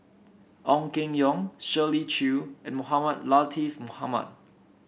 Ong Keng Yong Shirley Chew and Mohamed Latiff Mohamed